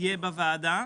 יהיה בוועדה.